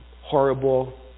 horrible